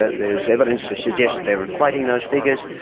there is evidence to suggest that they are inflating those figures.